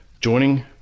Joining